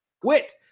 quit